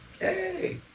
Hey